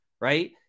Right